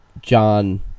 John